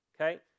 Okay